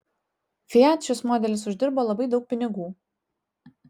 fiat šis modelis uždirbo labai daug pinigų